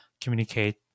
communicate